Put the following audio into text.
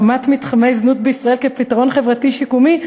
הקמת מתחמי זנות בישראל כפתרון חברתי-שיקומי,